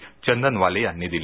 अजय चंदनवाले यांनी दिली